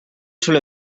solo